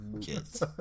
kids